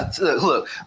look